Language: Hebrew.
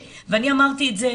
ואני אמרתי את זה,